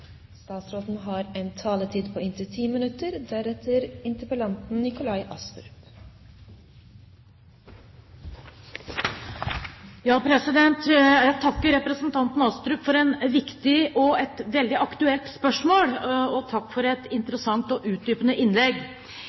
Jeg takker representanten Astrup for et viktig og veldig aktuelt spørsmål, og takk for et interessant og utdypende innlegg.